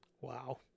Wow